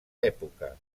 època